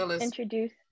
introduce